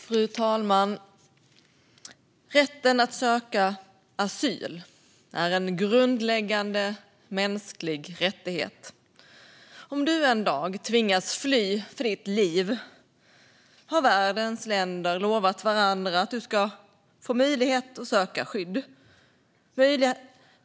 Fru talman! Rätten att söka asyl är en grundläggande mänsklig rättighet. Om du en dag tvingas fly för ditt liv har världens länder lovat varandra att du ska få möjlighet att söka skydd.